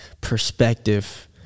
perspective